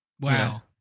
Wow